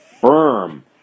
firm